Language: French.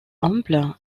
humble